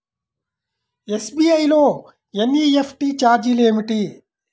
SBI లో NEFT ఛార్జీలు ఏమిటి?